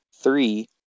three